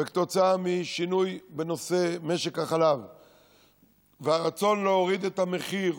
וכתוצאה משינוי במשק החלב והרצון להוריד את המחיר,